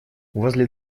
возле